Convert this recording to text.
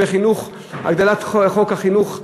בהגדלת חוק חינוך חינם,